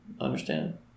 understand